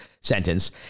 sentence